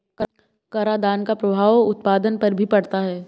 करादान का प्रभाव उत्पादन पर भी पड़ता है